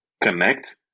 connect